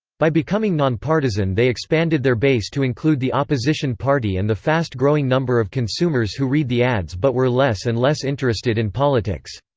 by becoming non-partisan they expanded their base to include the opposition party and the fast-growing number of consumers who read the ads but were less and less interested in politics.